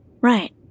Right